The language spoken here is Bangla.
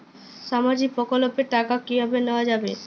সামাজিক প্রকল্পের টাকা কিভাবে নেওয়া যাবে?